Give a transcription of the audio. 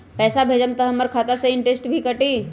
पैसा भेजम त हमर खाता से इनटेशट भी कटी?